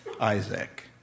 Isaac